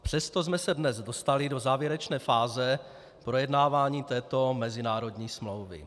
Přesto jsme se dnes dostali do závěrečné fáze projednávání této mezinárodní smlouvy.